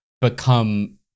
become